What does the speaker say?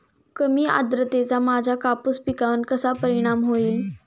कमी आर्द्रतेचा माझ्या कापूस पिकावर कसा परिणाम होईल?